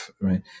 right